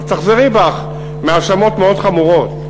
אז תחזרי בך מהאשמות מאוד חמורות,